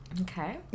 Okay